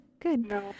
Good